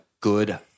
good